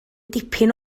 dipyn